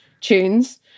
tunes